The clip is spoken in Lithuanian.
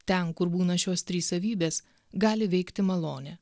ten kur būna šios trys savybės gali veikti malonė